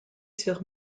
sur